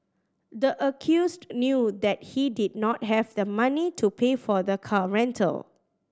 the accused knew that he did not have the money to pay for the car rental